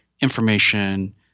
information